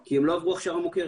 כי הם לא עברו הכשרה מוכרת,